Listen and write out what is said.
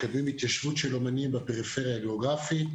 מקדמים התיישבות של אומנים בפריפריה הגיאוגרפית,